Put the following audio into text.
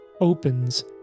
opens